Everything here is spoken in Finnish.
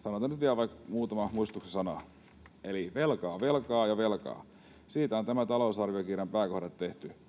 sanotaan nyt vielä vaikka muutama muistutuksen sana. Eli velka on velkaa, ja velasta on tämän talousarviokirjan pääkohdat tehty.